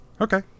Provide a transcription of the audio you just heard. Okay